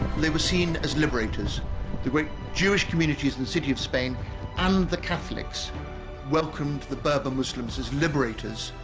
they were seen as liberators the great jewish communities in the city of spain and the catholics welcomed the berber muslims as liberators.